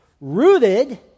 rooted